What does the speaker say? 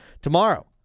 Tomorrow